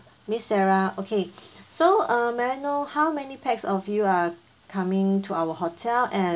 miss sarah okay so uh may I know how many pax of you are coming to our hotel and